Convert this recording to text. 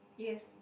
yes